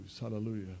Hallelujah